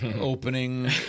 opening